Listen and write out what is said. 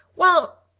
well,